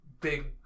big